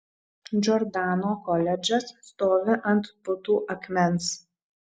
džordano koledžas stovi ant putų akmens